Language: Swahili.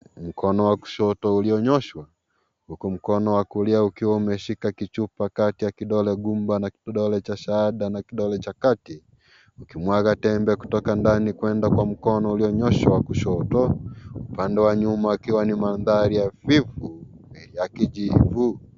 Mkono wa kushoto ulionyoshwa huku mkono wa kulia ukishika chupa kati ya kidole gumba na kidole cha shahada na kidole cha kati ukimwaga tembe kwa mkono ulionyoshwa wa kushoto. Upande wa nyuma ukiwa ni mandhari hafifu ya kijivu.